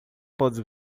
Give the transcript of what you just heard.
pode